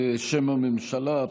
בשם הממשלה,